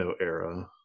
era